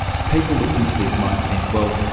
people listening to this might think, well,